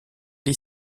les